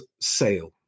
sale